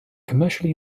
commercially